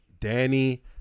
Danny